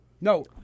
No